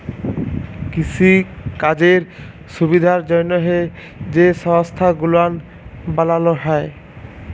কিসিকাজের সুবিধার জ্যনহে যে সংস্থা গুলান বালালো হ্যয়